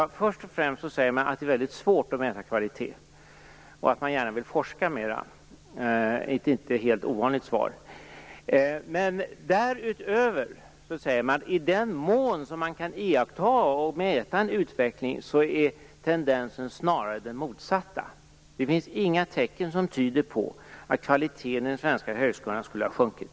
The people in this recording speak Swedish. Jo, först och främst säger man att det är väldigt svårt att mäta kvaliteten och att man gärna vill forska mera - ett inte helt ovanligt svar. Därutöver säger man: I den mån som det går att iaktta och att mäta en utveckling är tendensen snarare den motsatta. Det finns inga tecken som tyder att på att kvaliteten i den svenska högskolan skulle ha sjunkit.